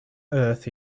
earth